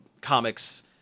comics